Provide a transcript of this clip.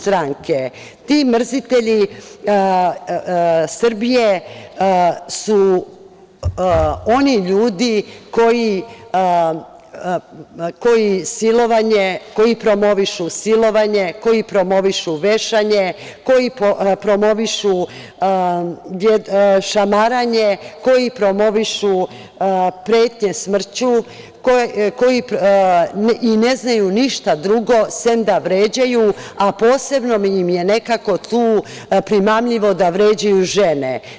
Ti mrzitelji Srbije su oni ljudi koji promovišu silovanje, koji promovišu vešanje, koji promovišu šamaranje, koji promovišu pretnje smrću i ne znaju ništa drugo, sem da vređaju, a posebno im je nekako tu primamljivo da vređaju žene.